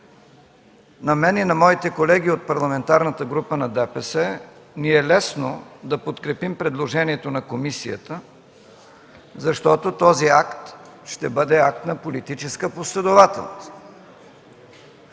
на мен и на моите колеги от Парламентарната група на ДПС ни е лесно да подкрепим предложението на комисията, защото този акт ще бъде акт на политическа последователност.